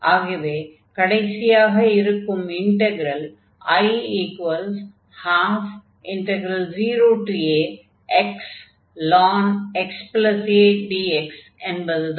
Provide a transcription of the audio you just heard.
ஆகவே கடைசியாக இருக்கும் இன்டக்ரல் I120axln⁡xadx என்பதுதான்